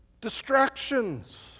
distractions